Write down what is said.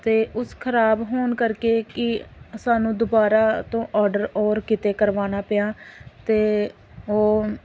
ਅਤੇ ਉਸ ਖਰਾਬ ਹੋਣ ਕਰਕੇ ਕਿ ਸਾਨੂੰ ਦੁਬਾਰਾ ਤੋਂ ਆਰਡਰ ਔਰ ਕਿਤੇ ਕਰਵਾਉਣਾ ਪਿਆ ਅਤੇ ਉਹ